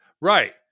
Right